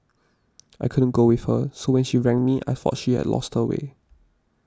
I couldn't go with her so when she rang me I thought she had lost her way